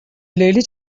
لیلی